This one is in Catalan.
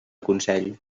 consell